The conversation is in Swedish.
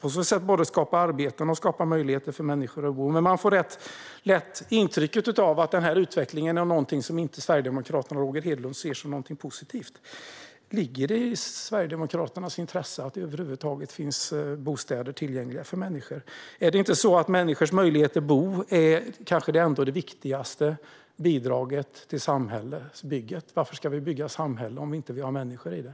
De skapar både arbeten och möjligheter för människor att bo. Man får lätt intrycket att Sverigedemokraterna och Roger Hedlund inte ser denna utveckling som något positivt. Ligger det i Sverigedemokraternas intresse att det över huvud taget finns bostäder tillgängliga för människor? Är inte människors möjligheter att bo det viktigaste bidraget till samhällsbygget? Varför ska vi bygga ett samhälle om det inte finns människor i det?